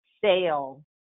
sale